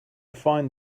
find